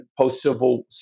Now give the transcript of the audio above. post-Civil